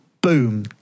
boom